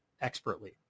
expertly